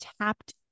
tapped